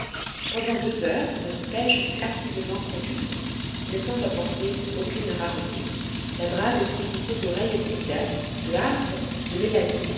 pendant deux heures notre pêche fut activement conduite mais sans rapporter aucune rareté la drague s'emplissait d'oreilles de midas de harpes de mélanies